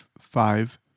five